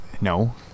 No